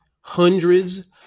hundreds